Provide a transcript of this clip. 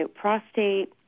prostate